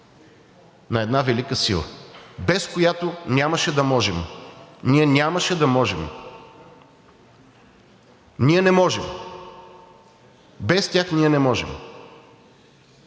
на една велика сила, без която нямаше да можем. Ние нямаше да можем, ние не можем! Без тях ние не можем.